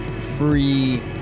free